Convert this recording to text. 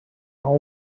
all